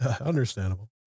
Understandable